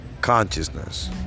consciousness